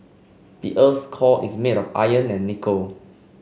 the earth's core is made of iron and nickel